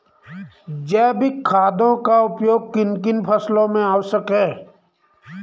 जैविक खादों का उपयोग किन किन फसलों में आवश्यक है?